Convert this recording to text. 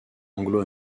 anglo